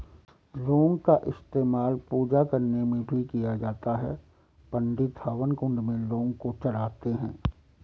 लौंग का इस्तेमाल पूजा करने में भी किया जाता है पंडित हवन कुंड में लौंग को चढ़ाते हैं